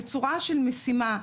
בצורה של משימה,